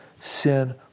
sin